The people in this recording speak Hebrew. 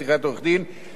בגין בקשותיו.